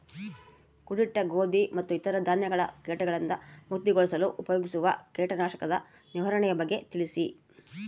ಕೂಡಿಟ್ಟ ಗೋಧಿ ಮತ್ತು ಇತರ ಧಾನ್ಯಗಳ ಕೇಟಗಳಿಂದ ಮುಕ್ತಿಗೊಳಿಸಲು ಉಪಯೋಗಿಸುವ ಕೇಟನಾಶಕದ ನಿರ್ವಹಣೆಯ ಬಗ್ಗೆ ತಿಳಿಸಿ?